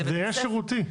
זה עניין שירותי.